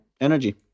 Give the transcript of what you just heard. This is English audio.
energy